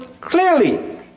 clearly